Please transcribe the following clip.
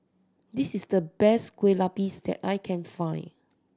this is the best Kueh Lapis that I can find